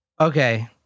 Okay